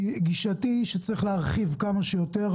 גישתי היא שצריך להרחיב כמה שיותר.